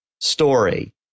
story